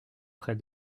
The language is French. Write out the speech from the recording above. près